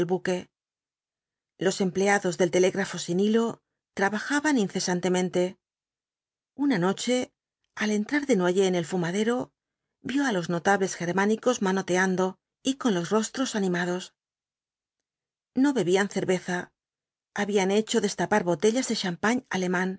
los empleados del telégrafo sin hilo trabajaban incesantemente una noche al entrar desnoyers en el fumadero vio á los notables germánicos manoteando y con los rostros animados no bebían cerveza habían hecho destapar botellas de champan alemán